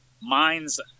mind's